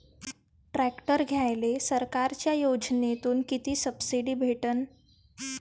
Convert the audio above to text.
Tractor घ्यायले सरकारच्या योजनेतून किती सबसिडी भेटन?